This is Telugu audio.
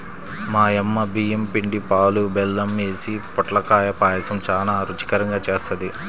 మా యమ్మ బియ్యం పిండి, పాలు, బెల్లం యేసి పొట్లకాయ పాయసం చానా రుచికరంగా జేత్తది